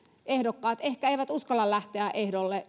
ehdokkaat ne ikääntyneet eivät ehkä uskalla lähteä ehdolle